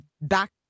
back